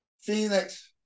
Phoenix